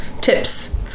Tips